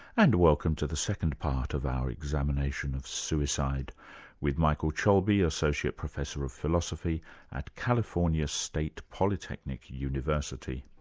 and welcome to the second part of our examination of suicide with michael cholbi, associate professor of philosophy at california state polytechnic university.